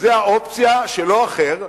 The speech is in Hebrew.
וזו האופציה שלא אחר,